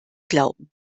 glauben